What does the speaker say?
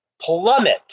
plummet